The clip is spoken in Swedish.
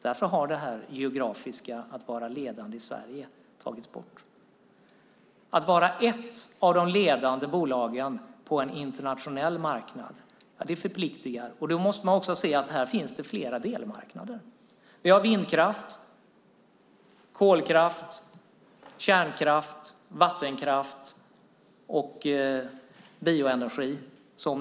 Därför har den geografiska aspekten att bolaget ska vara ledande i Sverige tagits bort. Att vara ett av de ledande bolagen på en internationell marknad förpliktar. Då måste man också se att här finns flera delmarknader. Några exempel är vindkraft, kolkraft, kärnkraft, vattenkraft och bioenergi.